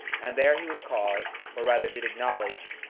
and there he was caused, or rather did acknowledge,